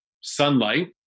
sunlight